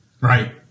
Right